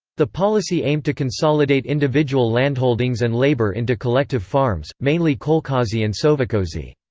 the policy aimed to consolidate individual landholdings and labour into collective farms mainly kolkhozy and sovkhozy.